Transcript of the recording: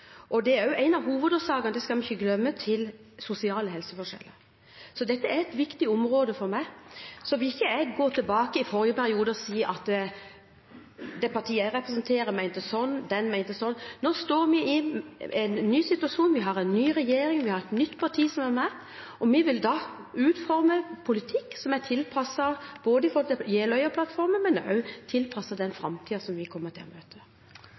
og det er også en av hovedårsakene – det skal vi ikke glemme – til sosiale helseforskjeller. Så dette er et viktig område for meg. Så vil ikke jeg gå tilbake til forrige periode og si at det partiet jeg representerer, mente sånn og slik. Nå står vi i en ny situasjon. Vi har en ny regjering, vi har et nytt parti som er med, og vi vil da utforme politikk som er tilpasset både Jeløya-plattformen og den framtiden vi kommer til å møte.